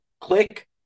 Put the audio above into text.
click